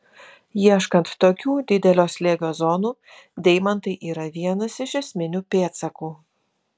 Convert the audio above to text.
ieškant tokių didelio slėgio zonų deimantai yra vienas iš esminių pėdsakų